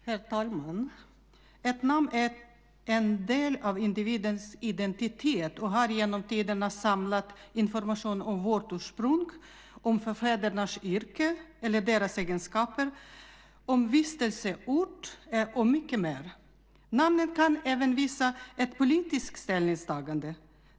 Herr talman! Ett namn är en del av individens identitet och har genom tiderna samlat information om vårt ursprung, om förfädernas yrke eller deras egenskaper, om vistelseort och mycket mer. Namnet kan även visa ett politiskt ställningstagande.